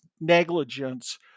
negligence